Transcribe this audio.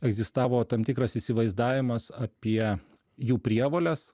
egzistavo tam tikras įsivaizdavimas apie jų prievoles